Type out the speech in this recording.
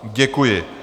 Děkuji.